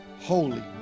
holy